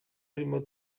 harimo